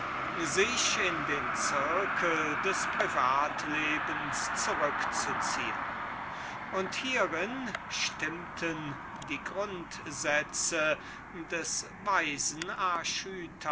sich in den zirkel des privat-lebens zurückzuziehen und hierin stimmten die grundsätze des weisen